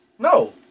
No